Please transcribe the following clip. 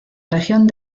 región